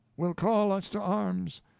will call us to arms?